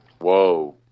whoa